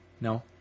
No